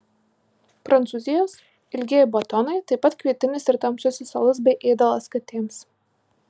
prancūzijos ilgieji batonai taip pat kvietinis ir tamsusis alus bei ėdalas katėms